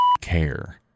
care